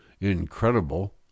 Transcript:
incredible